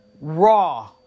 raw